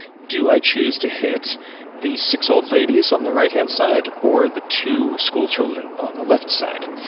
do i choose to hit the six old ladies on the right-hand side, or the two schoolchildren on the left side?